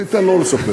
אני אתן לו לספר.